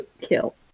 kill